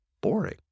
boring